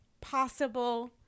possible